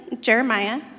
Jeremiah